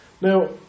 Now